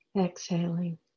exhaling